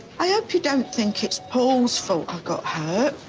i hope you don't think it's paul's fault i got hurt.